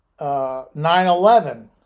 9/11